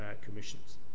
commissions